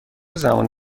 زمان